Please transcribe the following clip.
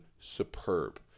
superb